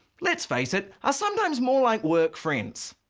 let's face it, are sometimes more like work friends.